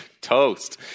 toast